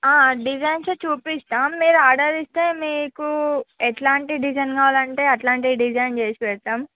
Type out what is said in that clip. డిజైన్సే చూపిస్తాం మీరు ఆర్డర్ ఇస్తే మీకు ఎలాంటి డిజైన్ కావాలంటే అలాంటి డిజైన్ చేసి పెడతాం